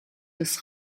des